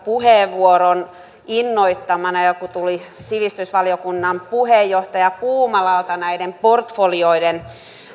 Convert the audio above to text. puheenvuoron innoittamana joka tuli sivistysvaliokunnan puheenjohtaja puumalalta näiden portfolioiden